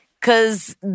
Cause